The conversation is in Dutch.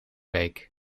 week